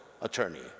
attorney